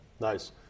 Nice